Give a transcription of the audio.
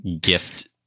gift